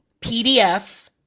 PDF